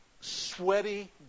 sweaty